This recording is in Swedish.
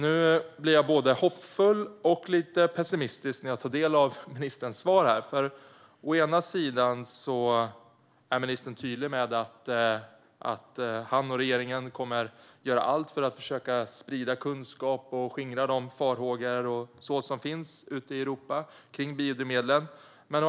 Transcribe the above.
Nu blev jag både hoppfull och lite pessimistisk när jag tog del av ministerns svar. Å ena sidan är ministern tydlig med att han och regeringen kommer att göra allt för att försöka sprida kunskap och skingra de farhågor som finns ute i Europa om biodrivmedlen.